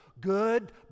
good